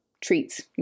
treats